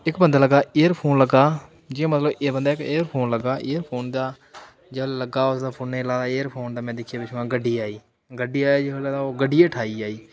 इक्क बंदे लग्गै दा ईयरफोन लग्गे दा जि'यां मतलब की एह् बंदे ईयरफोन लग्गे दा ईयरफोन लग्गा जि'यां लग्गै दा ओह्दे फोनै ई इयरफोन ते में दिक्खेआ पिच्छुआं गड्डी आई गड्डी आई जिसलै तां ओह् गड्डी हेठ आइया जी